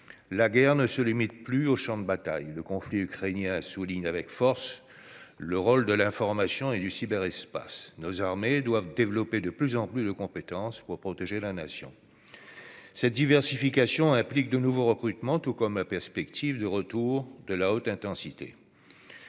la guerre ne se limite plus au champ de bataille. Le conflit ukrainien souligne avec force le rôle de l'information et du cyberespace. Nos armées doivent développer de plus en plus de compétences pour protéger la Nation. Cette diversification implique de nouveaux recrutements, tout comme la perspective du retour de la haute intensité.